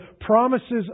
promises